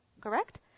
Correct